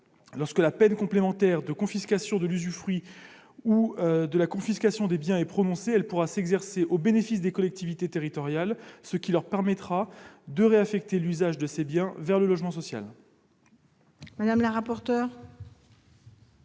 fois la peine complémentaire de confiscation de l'usufruit ou de confiscation des biens prononcée, elle pourra s'exercer au bénéfice des collectivités territoriales, ce qui permettra à celles-ci de réaffecter l'usage de ces biens au logement social. Quel est